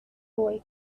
away